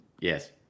Yes